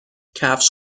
کفش